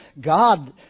God